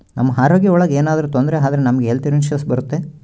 ನಮ್ ಆರೋಗ್ಯ ಒಳಗ ಏನಾದ್ರೂ ತೊಂದ್ರೆ ಆದ್ರೆ ನಮ್ಗೆ ಹೆಲ್ತ್ ಇನ್ಸೂರೆನ್ಸ್ ಬರುತ್ತೆ